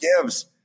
gives